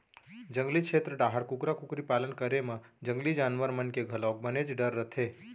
जंगली छेत्र डाहर कुकरा कुकरी पालन करे म जंगली जानवर मन के घलोक बनेच डर रथे